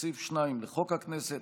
ולסעיף 2 לחוק הכנסת,